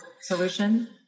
solution